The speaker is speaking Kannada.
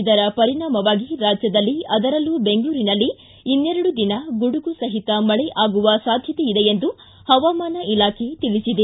ಇದರ ಪರಿಣಾಮವಾಗಿ ರಾಜ್ಯದಲ್ಲಿ ಅದರಲ್ಲೂ ಬೆಂಗಳೂರಿನಲ್ಲಿ ಇನ್ನೆರಡು ದಿನ ಗುಡುಗು ಸಹಿತ ಮಳೆ ಆಗುವ ಸಾಧ್ಯತೆಯಿದೆ ಎಂದು ಹವಾಮಾನ ಇಲಾಖೆ ತಿಳಿಸಿದೆ